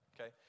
okay